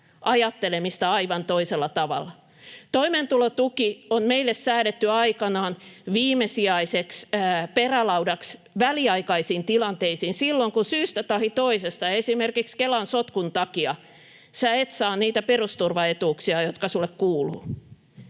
ajattelemista aivan toisella tavalla. Toimeentulotuki on meille säädetty aikanaan viimesijaiseksi perälaudaksi väliaikaisiin tilanteisiin silloin, kun syystä tahi toisesta, esimerkiksi Kelan sotkun takia, et saa niitä perusturvaetuuksia, jotka sinulle kuuluvat.